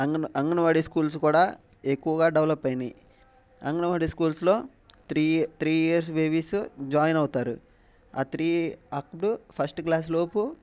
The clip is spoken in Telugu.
అంగన్ అంగన్వాడి స్కూల్స్ కూడా ఎక్కువగా డెవలప్ అయినాయి అంగన్వాడి స్కూల్స్లో three year three years babies join అవుతారు ఆ త్రీ అప్పుడు ఫస్ట్ క్లాస్ లోపు